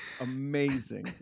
amazing